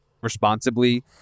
responsibly